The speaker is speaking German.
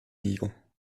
niger